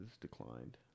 declined